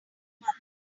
mother